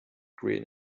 green